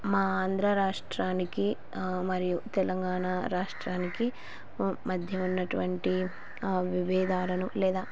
మా ఆంధ్ర రాష్ట్రానికి మరియు తెలంగాణ రాష్ట్రానికి మధ్య ఉన్నటువంటి వివేదాలను లేదా